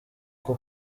bwo